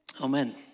amen